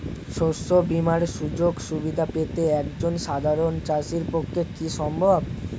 শস্য বীমার সুযোগ সুবিধা পেতে একজন সাধারন চাষির পক্ষে কি সম্ভব?